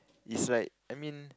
is like I mean